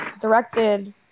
directed